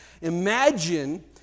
imagine